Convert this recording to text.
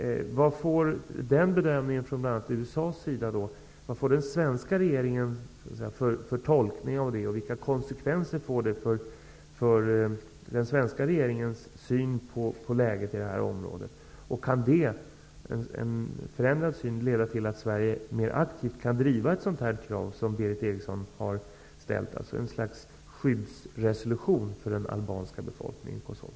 Hur tolkar den svenska regeringen den bedömning som har gjorts från bl.a. USA:s sida, och vilka konsekvenser får det för den svenska regeringens syn på läget i det här området? Kan en förändrad syn leda till att Sverige mer aktivt kan driva ett sådant krav som Berith Eriksson har ställt om ett slags skyddsresolution för den albanska befolkningen i Kosova?